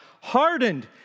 hardened